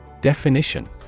Definition